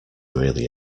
really